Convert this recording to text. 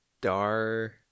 dar